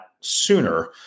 sooner